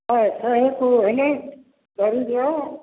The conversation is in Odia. ହଏ ଶହେ କୁହନି ସରିଯିବ